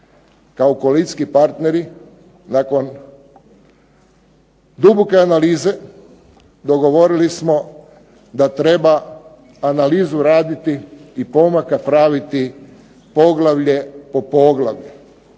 Kao koalicijski partneri nakon duboke analize dogovorili smo da treba analizu raditi i pomak napraviti poglavlje po poglavlje.